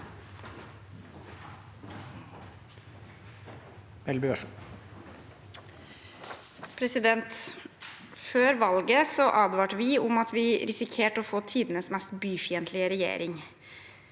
Før valget advarte vi om at vi risikerte å få tidenes mest byfiendtlige regjering.